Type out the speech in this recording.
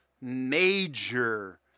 major